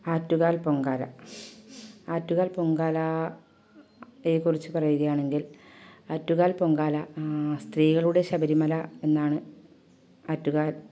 ആറ്റുകാൽ പൊങ്കാല ആറ്റുകാൽ പൊങ്കാലയെ കുറിച്ച് പറയുകയാണെങ്കിൽ ആറ്റുകാൽ പൊങ്കാല സ്ത്രീകളുടെ ശബരിമല എന്നാണ് ആറ്റുകാൽ